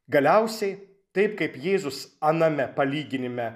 galiausiai taip kaip jėzus aname palyginime